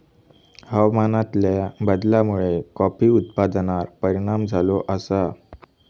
हवामानातल्या बदलामुळे कॉफी उत्पादनार परिणाम झालो आसा